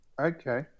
Okay